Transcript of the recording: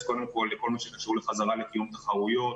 קודם כל לכל מה שקשור לחזרה לקיום תחרויות.